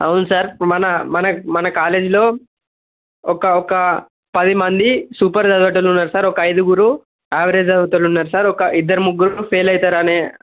అవును సార్ మన మన కాలేజ్లో ఒక ఒక పదిమంది సూపర్ చదివేవాళ్ళు ఉన్నారు సార్ ఒక ఐదుగురు యావరేజ్ చదివే వాళ్ళున్నారు సార్ ఒక ఇద్దరు ముగ్గురు ఫైల్ అవుతారనే